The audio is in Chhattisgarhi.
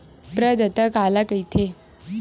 प्रदाता काला कइथे?